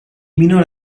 minor